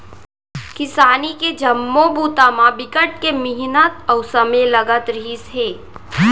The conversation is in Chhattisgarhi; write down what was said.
किसानी के जम्मो बूता म बिकट के मिहनत अउ समे लगत रहिस हे